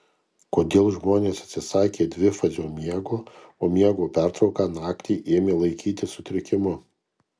kodėl žmonės atsisakė dvifazio miego o miego pertrauką naktį ėmė laikyti sutrikimu